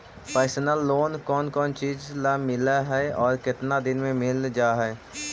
Personal loan कोन कोन चिज ल मिल है और केतना दिन में मिल जा है?